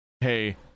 hey